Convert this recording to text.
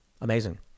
Amazing